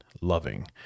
loving